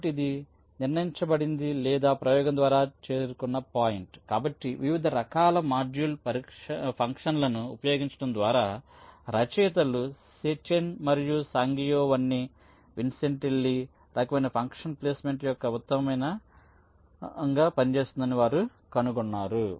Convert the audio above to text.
కాబట్టి ఇది నిర్ణయించబడింది లేదా ప్రయోగం ద్వారా చేరుకున్న పాయింట్కాబట్టి వివిధ రకాల షెడ్యూల్ ఫంక్షన్లను ఉపయోగించడం ద్వారారచయితలు సెచెన్ మరియు సాంగియోవన్నీ విన్సెంటెల్లి ఈ రకమైన ఫంక్షన్ ప్లేస్మెంట్ కోసం ఉత్తమంగా పనిచేస్తుందని వారు కనుగొన్నారు